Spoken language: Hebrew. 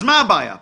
אז מה הבעיה פה?